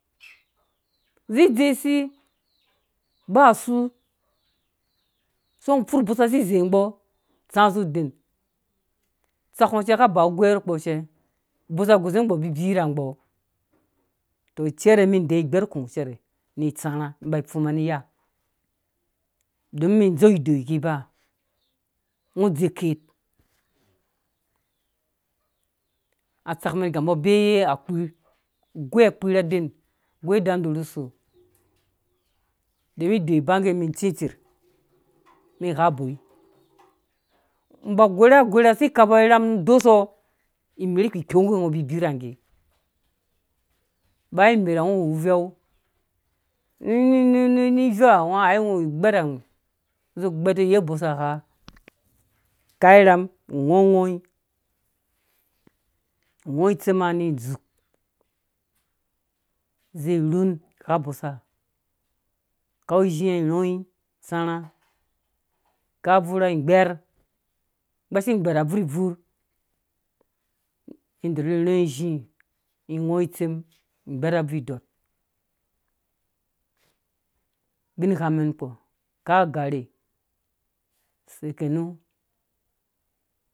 Zĩ dze si, basu seingɔ furh bosa si zeigbɔ tsã zu dentsak ngɔ cɛ ka ba ugwɛ nu kpɔ cɛ bosa gusenbɔ bibirhawɔ tɔ cɛrɛ mɛm dɛɛ gbɛrkũ cɛrɛ ni tsãrhã ba fuma ni iya don mɛn gambo abeea kpir gɔi akpio aden gɔi dandurusu don idoi ba ngge mɛn tsĩtser mɛn gha boi ngɔ ba gora si kaupo irham nu dosɔ imerh kpikpongge ngɔ bibirange baya imerh ngɔ wu uvɛu ni ni ni iveuha ai ngɔwu gbɛrawhĩ zu gbɛr nu yɛi bosa gha kau irham ngɔngoi ngɔi itsema ni dzu zĩ rhun gha bosa kau ĩzhĩã rɔĩ tsãrhã kau abvurha ngbɛr gbashi gbɛr abvurbvur ni dori rɔi ĩzhĩ ni ngɔi itsem gbɛr abvurbɔrh bingha mɛn nukpɔ kau agarhe sekenu.